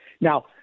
Now